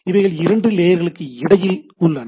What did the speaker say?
இவைகள் இரண்டு லேயர்களுக்கு இடையில் உள்ளன